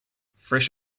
fresh